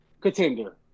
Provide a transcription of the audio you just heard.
Contender